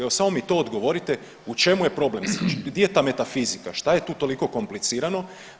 Evo samo mi to odgovorite u čemu je problem, di je ta metafizika, šta je tu toliko komplicirano?